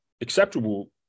acceptable